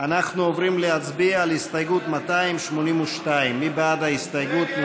אנחנו עוברים להצביע על הסתייגות 282. מי בעד ההסתייגות?